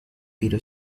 tiro